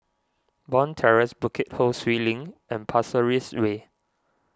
Bond Terrace Bukit Ho Swee Link and Pasir Ris Way